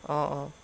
অঁ অঁ